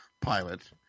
pilot